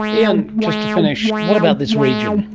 and just to finish, what about this region?